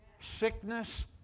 sickness